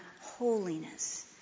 holiness